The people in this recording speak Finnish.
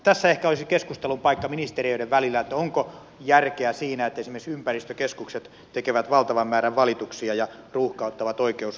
tässä ehkä olisi keskustelun paikka ministeriöiden välillä onko järkeä siinä että esimerkiksi ympäristökeskukset tekevät valtavan määrän valituksia ja ruuhkauttavat oikeusasteita